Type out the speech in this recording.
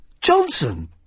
Johnson